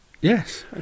Yes